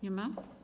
Nie ma?